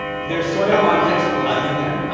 there's soil on vegetables, isn't there?